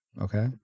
okay